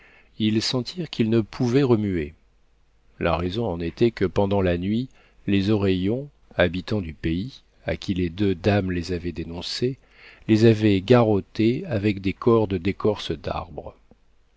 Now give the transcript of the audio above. ils sentirent qu'ils ne pouvaient remuer la raison en était que pendant la nuit les oreillons habitants du pays à qui les deux dames les avaient dénoncés les avaient garrottés avec des cordes d'écorces d'arbre